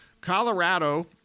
Colorado